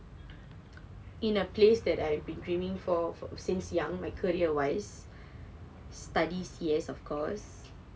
in a place that I've been dreaming for for since young my career wise studies yes of course